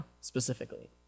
specifically